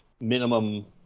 minimum